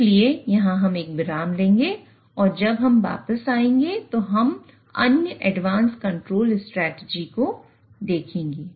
इसलिए हम यहां एक विराम लेंगे और जब हम वापस आएंगे तो हम अन्य एडवांस कंट्रोल स्ट्रेटजी को देखेंगे